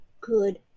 good